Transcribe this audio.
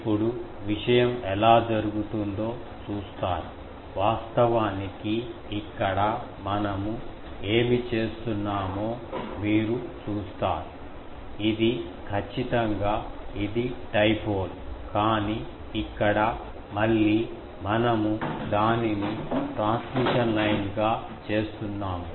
ఇప్పుడు విషయం ఎలా జరుగుతుందో చూస్తారు వాస్తవానికి ఇక్కడ మనము ఏమి చేస్తున్నామో మీరు చూస్తారు ఇది ఖచ్చితంగా ఇది డైపోల్ కానీ ఇక్కడ మళ్ళీ మనము దానిని ట్రాన్స్మిషన్ లైన్ గా చేస్తున్నాము